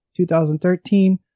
2013